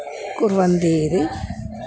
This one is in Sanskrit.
कुर्वन्ति इति